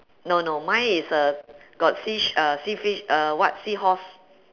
no no mine is uh got seash~ uh sea fish uh what seahorse